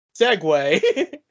segue